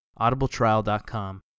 audibletrial.com